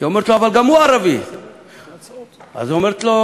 היא אומרת לו: